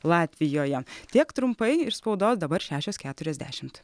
latvijoje tiek trumpai iš spaudos dabar šešios keturiasdešimt